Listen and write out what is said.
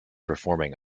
performing